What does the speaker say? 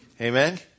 Amen